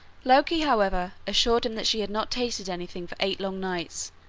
loki, however, assured him that she had not tasted anything for eight long nights,